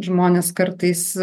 žmonės kartais